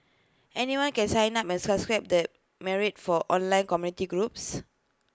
anyone can sign up and subscribe the myriad for online community groups